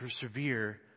persevere